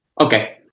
Okay